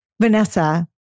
Vanessa